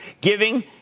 giving